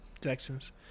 Texans